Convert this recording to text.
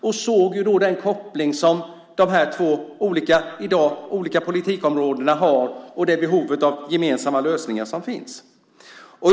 Jag såg då den koppling som de här två olika politikområdena har i dag och det behov av gemensamma lösningar som finns.